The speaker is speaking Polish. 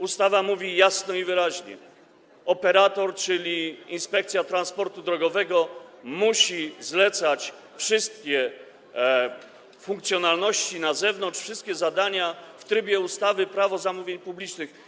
Ustawa mówi jasno i wyraźnie: operator, czyli Inspekcja Transportu Drogowego, musi zlecać wszystkie funkcjonalności na zewnątrz, wszystkie zadania w trybie ustawy Prawo zamówień publicznych.